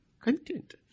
content